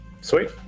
Sweet